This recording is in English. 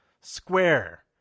square